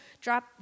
drop